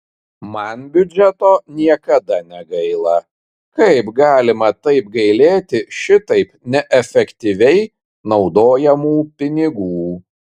man biudžeto niekada negaila kaip galima taip gailėti šitaip neefektyviai naudojamų pinigų